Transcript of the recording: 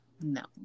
No